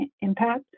impact